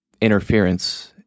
interference